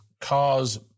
cars